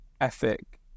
ethic